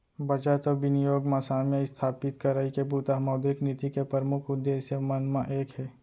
बचत अउ बिनियोग म साम्य इस्थापित करई के बूता ह मौद्रिक नीति के परमुख उद्देश्य मन म एक हे